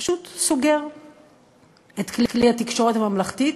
פשוט סוגר את כלי התקשורת הממלכתי.